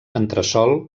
entresòl